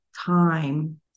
time